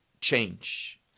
change